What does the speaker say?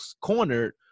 cornered